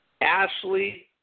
Ashley